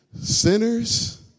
sinners